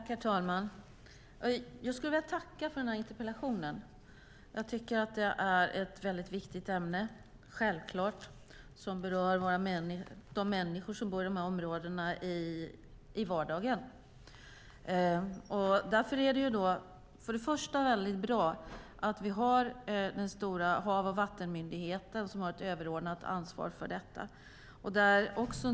Herr talman! Jag skulle vilja tacka för den här interpellationen. Det är ett mycket viktigt ämne som berör de människor som bor i de här områdena i vardagen. Därför är det mycket bra att vi har den stora Havs och vattenmyndigheten som har ett överordnat ansvar för detta.